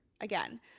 again